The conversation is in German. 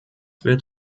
wird